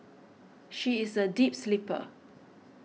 she is a deep sleeper